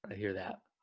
hear that